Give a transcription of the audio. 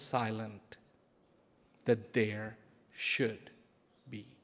silent that there should